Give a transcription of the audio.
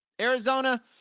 Arizona